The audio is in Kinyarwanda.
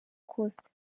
kose